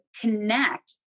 connect